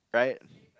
right